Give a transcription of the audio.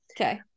okay